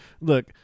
look